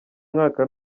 mwaka